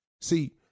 See